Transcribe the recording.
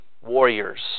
warriors